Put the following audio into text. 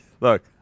look